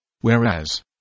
Whereas